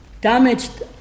damaged